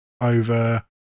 over